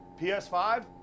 PS5